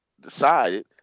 decided